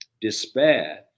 despair